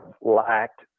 lacked